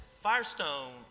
Firestone